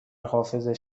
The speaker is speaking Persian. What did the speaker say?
حافظه